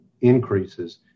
increases